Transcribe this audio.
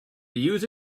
use